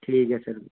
ठीक ऐ सर